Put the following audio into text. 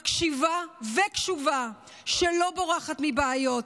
מקשיבה וקשובה, שלא בורחת מבעיות,